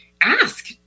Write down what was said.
ask